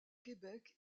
québec